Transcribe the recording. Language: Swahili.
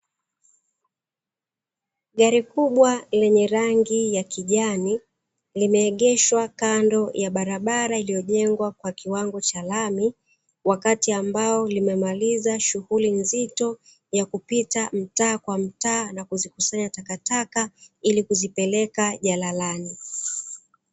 Gari kubwa lenye rangi ya kijani limeegeshwa kando ya barabara iliyojengwa kwa kiwango cha lami. Wakati ambao limemaliza shughuli nzito ya kupita mtaa kwa mtaa, na kuzikusanya takataka ili kuzipeleka jalalani.